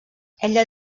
ella